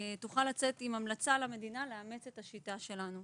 תוכל לצאת עם המלצה למדינה לאמץ את השיטה שלנו.